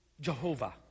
Jehovah